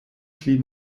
pli